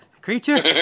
creature